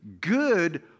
good